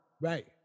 Right